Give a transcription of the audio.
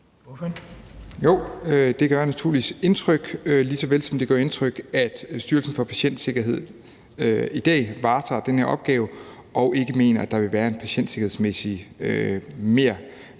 Jo, det gør naturligvis indtryk, lige så vel som det gør indtryk, at Styrelsen for Patientsikkerhed i dag varetager den her opgave og ikke mener, der vil være en patientsikkerhedsmæssig mergevinst